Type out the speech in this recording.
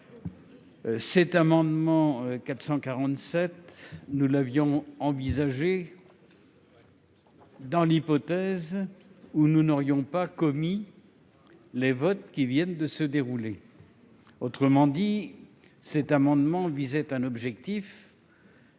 Cet amendement 447 : nous l'avions envisagé. Pourquoi. Dans l'hypothèse où nous n'aurions pas commis les votes qui viennent de se dérouler autrement dit cet amendement visait un objectif.